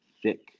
thick